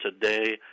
today